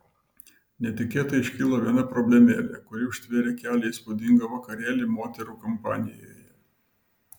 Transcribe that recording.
netikėtai iškilo viena problemėlė kuri užtvėrė kelią į įspūdingą vakarėlį moterų kompanijoje